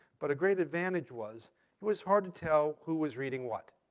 but a great advantage was it was hard to tell who was reading what,